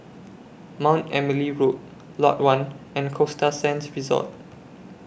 Mount Emily Road Lot one and Costa Sands Resort